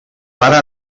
pare